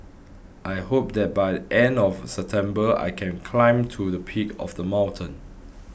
I hope that by end of September I can climb to the peak of the mountain